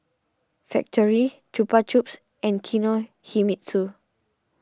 Factorie Chupa Chups and Kinohimitsu